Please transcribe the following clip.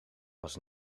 was